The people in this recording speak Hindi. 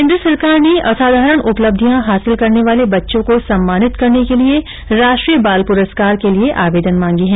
केन्द्र सरकार ने असाधारण उपलब्धियां हासिल करने वाले बच्चों को सम्मानित करने के लिए राष्ट्रीय बाल पुरस्कार के लिए आवेदन मांगे हैं